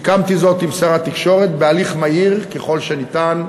סיכמתי זאת עם שר התקשורת הליך מהיר ככל שניתן,